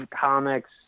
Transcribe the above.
comics